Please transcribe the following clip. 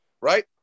Right